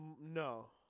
no